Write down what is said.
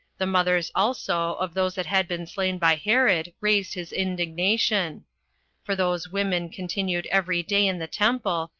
the mothers also of those that had been slain by herod raised his indignation for those women continued every day in the temple,